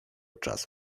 czas